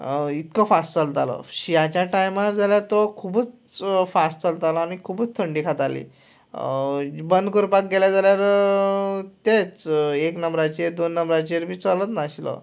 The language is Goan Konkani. इतको फास चलतालो शिंयाच्या टायमार जाल्यार तो खुबूच फास चलतालो आनी खुबूत थंडी खाताली बन करपाक गेले जाल्यार तेंच एक नंबराचेर दोन नंबराचेर बी चलत नाशिल्लो